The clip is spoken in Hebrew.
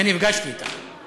ונפגשתי אתם.